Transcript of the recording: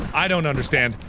i don't understand.